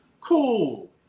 Cool